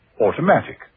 Automatic